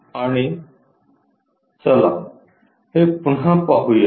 आणि चला हे पुन्हा पाहूया